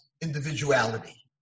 individuality